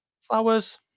Flowers